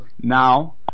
now